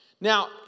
Now